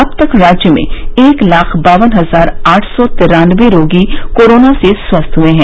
अब तक राज्य में एक लाख बावन हजार आठ सौ तिरान्नबे रोगी कोरोना से स्वस्थ हुए है